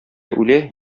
үлә